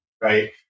right